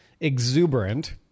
exuberant